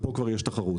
ופה כבר יש תחרות.